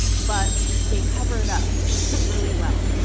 but they cover it up really well